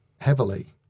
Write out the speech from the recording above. heavily